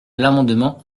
l’amendement